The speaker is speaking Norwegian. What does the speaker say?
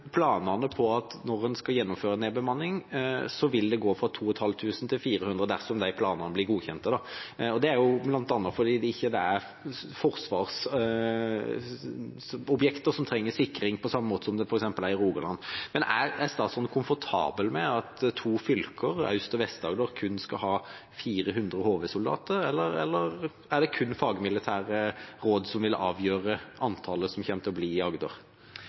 Planene er at når en i Agder – som nå dessverre ikke lenger er et eget heimevernsdistrikt, men sammen med Rogaland – skal gjennomføre nedbemanning, vil det, dersom de planene blir godkjent, gå fra 2 500 til 400, bl.a. fordi det ikke er forsvarsobjekter som trenger sikring på samme måte som i Rogaland. Er statsråden komfortabel med at to fylker, Aust- og Vest-Agder, kun skal ha 400 HV-soldater? Eller er det kun fagmilitære råd som vil avgjøre antallet som kommer til å bli i Agder?